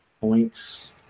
points